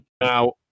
Now